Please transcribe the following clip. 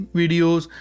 videos